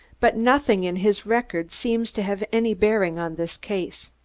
but nothing in his record seems to have any bearing on this case.